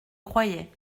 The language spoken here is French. croyais